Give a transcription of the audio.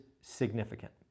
significant